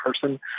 person